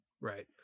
Right